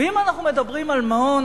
ואם אנחנו מדברים על מעון,